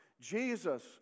Jesus